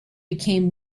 became